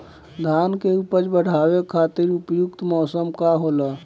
धान के उपज बढ़ावे खातिर उपयुक्त मौसम का होला?